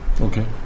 okay